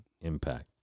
impact